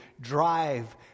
drive